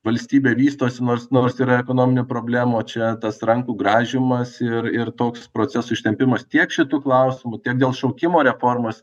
valstybė vystosi nors nors yra ekonominių problemų čia tas rankų grąžymas ir ir toks procesų ištempimas tiek šitu klausimu tiek dėl šaukimo reformos